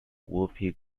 whoopi